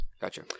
gotcha